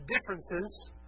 differences